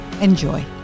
Enjoy